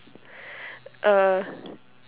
uh